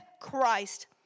Christ